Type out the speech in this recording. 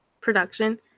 production